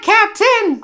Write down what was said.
Captain